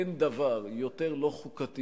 אין דבר יותר לא חוקתי